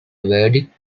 verdict